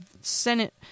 Senate